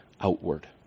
outward